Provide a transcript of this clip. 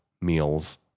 meals